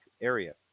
area